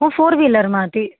હું ફોર વિલરમાં હતી